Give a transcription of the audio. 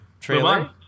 trailer